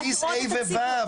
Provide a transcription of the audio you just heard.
שאלתי את זה על בסיס כיתות ה'-ו',